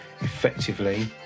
Effectively